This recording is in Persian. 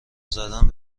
زدن